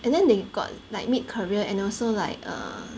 and then they got like mid career and also like err